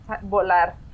volar